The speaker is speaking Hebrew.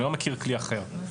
אני לא מכיר כלי אחר.